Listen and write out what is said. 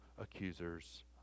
accusers